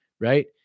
right